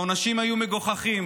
העונשים היו מגוחכים: